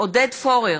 עודד פורר,